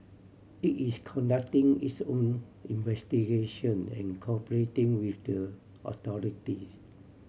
it is conducting its own investigation and cooperating with the authorities